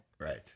Right